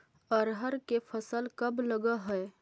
अरहर के फसल कब लग है?